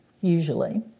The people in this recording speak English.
usually